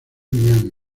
miami